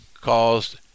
caused